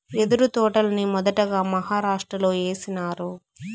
యెదురు తోటల్ని మొదటగా మహారాష్ట్రలో ఏసినారు